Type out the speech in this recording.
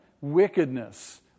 wickedness